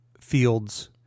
fields